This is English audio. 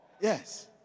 Yes